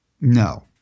No